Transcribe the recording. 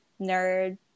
nerd